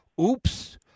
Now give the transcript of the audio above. Oops